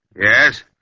Yes